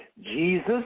Jesus